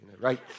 right